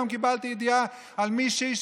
היום קיבלתי ידיעה על מישהי,